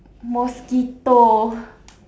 mosquito